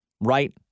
Right